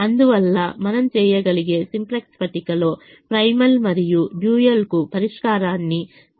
అందువల్ల మనం చేయగలిగే సింప్లెక్స్ పట్టికలో ప్రైమల్ మరియు డ్యూయల్కు పరిష్కారాన్ని చూడగలుగుతాము